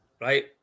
right